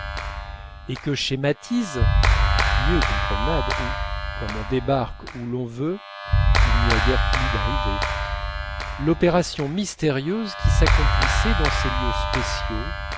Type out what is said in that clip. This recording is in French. et que schématise mieux qu'une promenade où comme on débarque où l'on veut il n'y a guère plus d'arrivée l'opération mystérieuse qui s'accomplissait dans ces lieux spéciaux